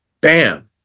bam